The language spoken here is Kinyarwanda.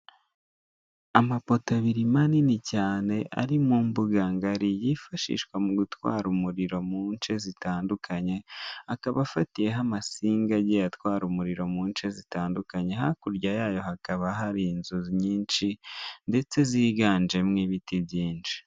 Amapoto abiri manini cyane ari mu mbuga ngari yifashishwa mu gutwara umuriro mu nshe zitandukanye akaba afatiyeho amasinga agiye atwara umuriro mu nshe zitandukanye hakurya yayo hakaba hari inzu nyinshi ndetse ziganjemo ibiti by'inshi.